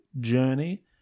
journey